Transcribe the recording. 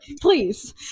please